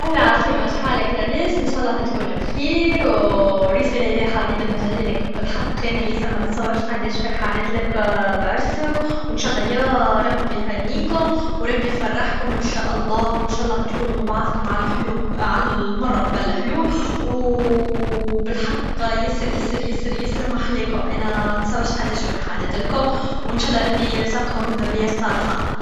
اهلا عسلامه شحالك لباس نشالله تكون بخير و الرساله هذي حبيت نوجهالك بالحق انا ياسر متتصورش قداش فرحانتلك بعرسك و نشالله ياا ربي يهنيكم و ربي يفرحكم نشالله و نشالله تكونو مع بعضكم على لحلو على لمر قبل لحلو و و بالحق ياسر ياسر ياسرمحلاكم انا منتصورش قداش فرحانهتلكم و نشالله ربي يرزقكم الذريه الصالحه